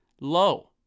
low